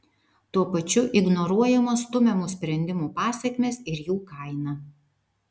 tuo pačiu ignoruojamos stumiamų sprendimų pasekmės ir jų kaina